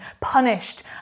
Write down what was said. punished